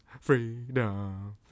freedom